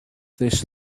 this